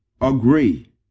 agree